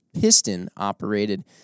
piston-operated